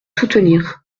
soutenir